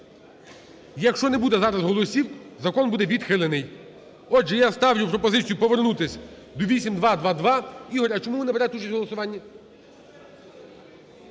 Якщо не буде зараз голосів, закон буде відхилений. Отже, я ставлю пропозицію повернутись до 8222. Ігор, а чому ви не берете участь в голосуванні?